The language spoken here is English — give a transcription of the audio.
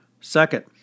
Second